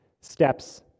steps